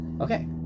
Okay